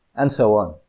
and so on.